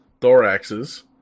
thoraxes